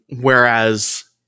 Whereas